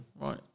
right